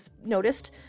noticed